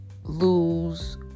lose